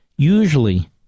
usually